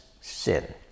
sin